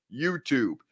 YouTube